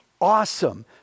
awesome